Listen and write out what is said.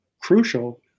crucial